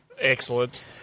Excellent